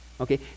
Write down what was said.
Okay